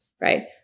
Right